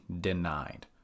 denied